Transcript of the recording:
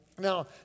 Now